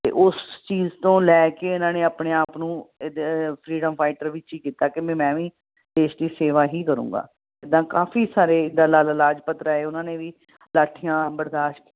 ਅਤੇ ਉਸ ਚੀਜ਼ ਤੋਂ ਲੈ ਕੇ ਇਹਨਾਂ ਨੇ ਆਪਣੇ ਆਪ ਨੂੰ ਇਹਦੇ ਫਰੀਡਮ ਫਾਈਟਰ ਵਿੱਚ ਹੀ ਕੀਤਾ ਕਿ ਮੈਂ ਵੀ ਦੇਸ਼ ਦੀ ਸੇਵਾ ਹੀ ਕਰੂੰਗਾ ਇੱਦਾਂ ਕਾਫੀ ਸਾਰੇ ਜਿੱਦਾਂ ਲਾਲਾ ਲਾਜਪਤ ਰਾਏ ਉਹਨਾਂ ਨੇ ਵੀ ਲਾਠੀਆਂ ਬਰਦਾਸ਼ਤ